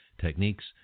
techniques